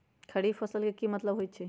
खरीफ फसल के की मतलब होइ छइ?